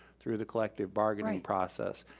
through the collective bargaining process.